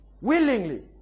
willingly